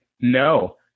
No